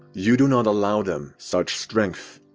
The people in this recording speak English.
you do not allow them such strength.